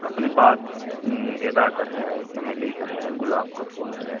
अपने पास गेंदा का है चमेली का है गुलाब का फूल है